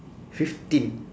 fifteen